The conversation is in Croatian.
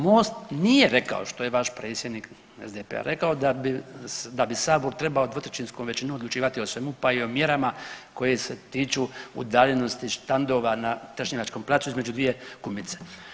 MOST nije rekao što je vaš predsjednik SDP-a rekao da bi Sabor trebao dvotrećinskom većinom odlučivati o svemu, pa i o mjerama koje se tiču udaljenosti štandova na Trešnjevačkom placu između dvije kumice.